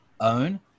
own